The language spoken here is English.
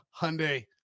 Hyundai